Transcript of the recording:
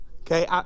okay